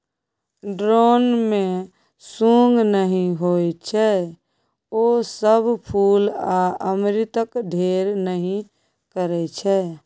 drone मे सुंग नहि होइ छै ओ सब फुल आ अमृतक ढेर नहि करय छै